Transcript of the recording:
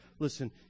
listen